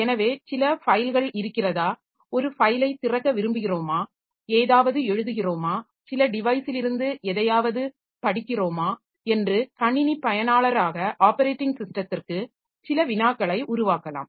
எனவே சில ஃபைல்கள் இருக்கிறதா ஒரு ஃபைலைத் திறக்க விரும்புகிறோமா ஏதாவது எழுதுகிறோமா சில டிவைஸிலிருந்து எதையாவது படிக்கிறோமா என்று கணினி பயனாளராக ஆப்பரேட்டிங் ஸிஸ்டத்திற்கு சில வினாக்களை உருவாக்கலாம்